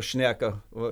šneka va